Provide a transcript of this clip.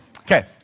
Okay